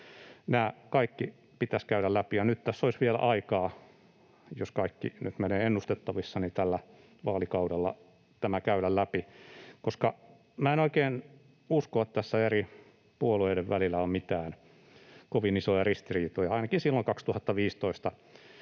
Nämä kaikki pitäisi käydä läpi. Ja nyt tässä olisi vielä aikaa — jos kaikki nyt menee ennustetusti — tällä vaalikaudella tämä käydä läpi, koska minä en oikein usko, että tässä eri puolueiden välillä on mitään kovin isoja ristiriitoja. Ainakin silloin 2015